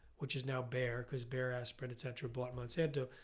which is now bayer, because bayer aspirin et cetera bought monsanto,